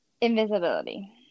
Invisibility